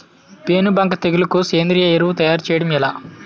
పేను బంక తెగులుకు సేంద్రీయ ఎరువు తయారు చేయడం ఎలా?